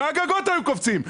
מהגגות היו קופצים.